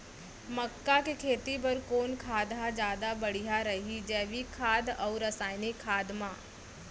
मक्का के खेती बर कोन खाद ह जादा बढ़िया रही, जैविक खाद अऊ रसायनिक खाद मा?